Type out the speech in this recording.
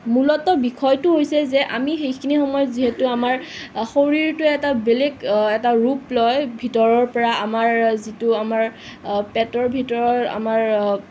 মূলত বিষয়টো হৈছে যে আমি সেইখিনি সময়ত আমাৰ শৰীৰটো এটা বেলেগ ৰূপ লয় ভিতৰৰ পৰা আমাৰ যিটো আমাৰ পেটৰ ভিতৰৰ আমাৰ